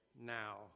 now